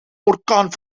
orkaan